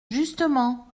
justement